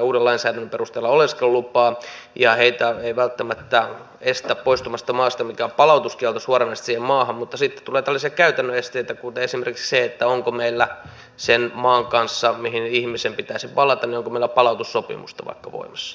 uuden lainsäädännön perusteella oleskelulupaa ja heitä ei välttämättä estä poistumasta maasta mikään palautuskielto suoranaisesti siihen maahan mutta sitten tulee tällaisia käytännön esteitä esimerkiksi se että onko meillä sen maan kanssa mihin ihmisen pitäisi palata palautussopimusta vaikka voimassa